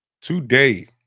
Today